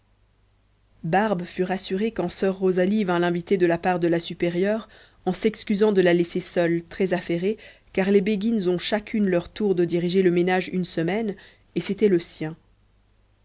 barbe fut rassurée quand soeur rosalie vint l'inviter de la part de la supérieure en s'excusant de la laisser seule très affairée car les béguines ont chacune leur tour de diriger le ménage une semaine et c'était le sien